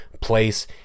place